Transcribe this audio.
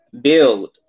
build